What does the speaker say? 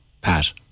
Pat